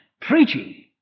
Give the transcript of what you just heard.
preaching